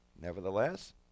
nevertheless